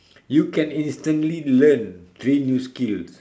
you can instantly learn three new skills